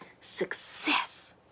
success